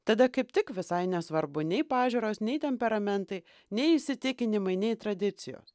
tada kaip tik visai nesvarbu nei pažiūros nei temperamentai nei įsitikinimai nei tradicijos